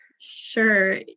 Sure